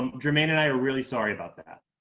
um jermaine and i are really sorry about that.